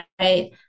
right